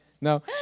No